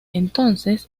entonces